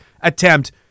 attempt